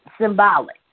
symbolic